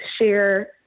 share